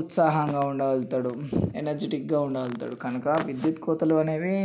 ఉత్సాహంగా ఉండగలుగతాడు ఎనర్జిటిక్గా ఉండగలుగుతాడు కనుక విద్యుత్ కోతలు అనేవి